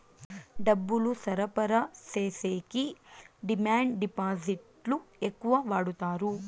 డబ్బులు సరఫరా చేసేకి డిమాండ్ డిపాజిట్లు ఎక్కువ వాడుతారు